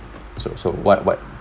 so so what what